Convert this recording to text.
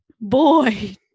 boy